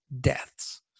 deaths